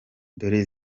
dore